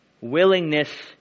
Willingness